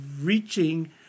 reaching